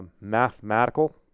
mathematical